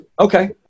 okay